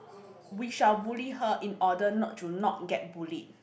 we shall bully her in order not to not get bullied